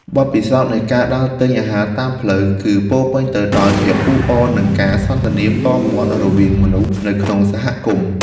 បទពិសោធន៍នៃការដើរទិញអាហារតាមផ្លូវ គឺពោរពេញទៅដោយភាពអ៊ូអរនិងការសន្ទនាផ្ទាល់មាត់រវាងមនុស្សនៅក្នុងសហគមន៍។